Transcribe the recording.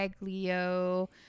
Leo